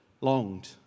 longed